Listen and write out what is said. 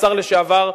השר לשעבר,